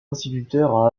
instituteur